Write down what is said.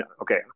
Okay